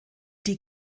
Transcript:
die